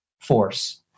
force